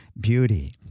beauty